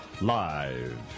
Live